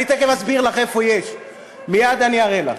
אני תכף אסביר לך איפה יש, מייד אני אענה לך.